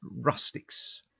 rustics